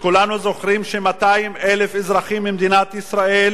וכולנו זוכרים ש-200,000 אזרחים ממדינת ישראל